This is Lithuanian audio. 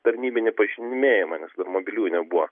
tarnybinį pažymėjimą nes mobiliųjų nebuvo